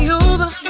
over